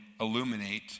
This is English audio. illuminate